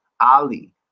Ali